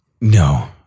No